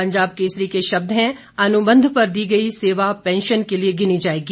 पंजाब केसरी के शब्द हैं अनुबंध पर दी गई सेवा पेंशन के लिए गिनी जाएगी